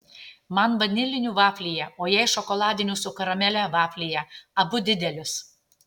man vanilinių vaflyje o jai šokoladinių su karamele vaflyje abu didelius